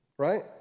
Right